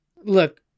look